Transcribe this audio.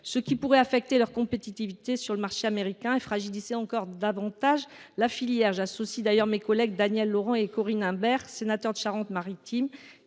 ce qui pourrait affecter leur compétitivité sur le marché américain et fragiliser encore davantage la filière. Mes collègues Daniel Laurent et Corinne Imbert, sénateurs de Charente Maritime,